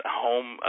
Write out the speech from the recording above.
home